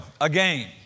Again